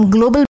Global